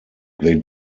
they